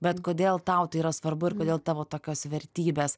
bet kodėl tau tai yra svarbu ir kodėl tavo tokios vertybės